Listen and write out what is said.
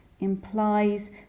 implies